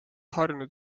harjunud